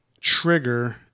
Trigger